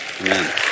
Amen